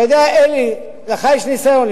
אתה יודע, אלי, לך יש ניסיון.